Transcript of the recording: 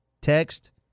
text